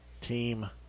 Team